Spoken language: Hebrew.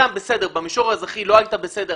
במישור האזרחי לא היית בסדר,